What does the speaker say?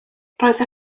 roedd